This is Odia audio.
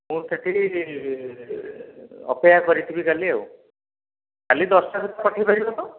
ମୁଁ ସେଠିକି ଅପେକ୍ଷା କରିଥିବି କାଲି ଆଉ କାଲି ଦଶଟା ଭିତରେ ପଠାଇପାରିବ ତ